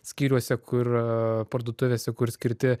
skyriuose kur parduotuvėse kur skirti